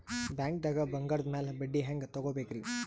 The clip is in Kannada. ಬ್ಯಾಂಕ್ದಾಗ ಬಂಗಾರದ್ ಮ್ಯಾಲ್ ಬಡ್ಡಿ ಹೆಂಗ್ ತಗೋಬೇಕ್ರಿ?